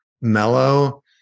mellow